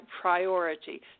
priority